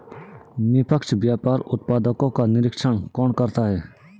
निष्पक्ष व्यापार उत्पादकों का निरीक्षण कौन करता है?